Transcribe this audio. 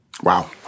Wow